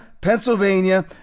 Pennsylvania